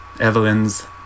evelyn's